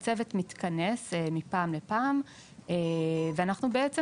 אז הצוות מתכנס מפעם לפעם ואנחנו בעצם